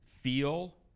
feel